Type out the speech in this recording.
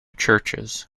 churches